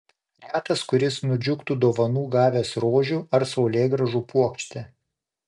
retas kuris nudžiugtų dovanų gavęs rožių ar saulėgrąžų puokštę